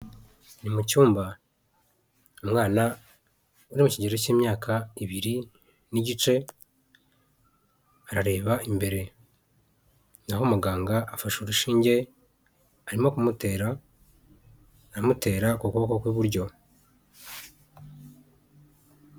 Ni mu cyumba umwana uri mu kigero cy'imyaka ibiri n'igice arareba imbere, naho umuganga afashe urushinge arimo kumutera amutera ku kuboko kw'iburyo.